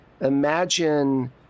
Imagine